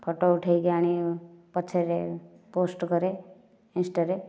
photo ଉଠେଇକି ଆଣି ପଛରେ ପୋଷ୍ଟ କରେ ଇନଷ୍ଟାରେ